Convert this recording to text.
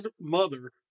mother